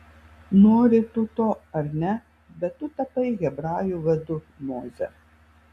nori tu to ar ne bet tu tapai hebrajų vadu moze